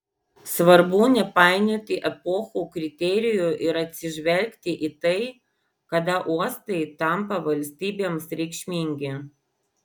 svarbu nepainioti epochų kriterijų ir atsižvelgti į tai kada uostai tampa valstybėms reikšmingi